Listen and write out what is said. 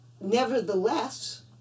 nevertheless